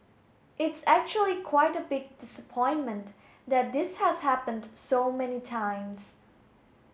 it's actually quite a big disappointment that this has happened so many times